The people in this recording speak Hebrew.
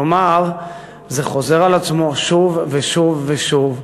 כלומר זה חוזר על עצמו שוב ושוב ושוב,